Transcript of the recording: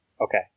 Okay